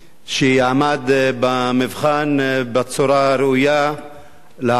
שעמד במבחן בצורה ראויה להערכה.